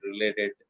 related